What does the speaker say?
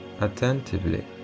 attentively